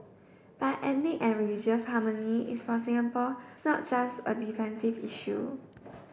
but ethnic and religious harmony is for Singapore not just a defensive issue